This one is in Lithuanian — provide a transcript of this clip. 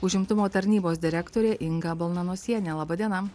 užimtumo tarnybos direktorė inga balnanosienė laba diena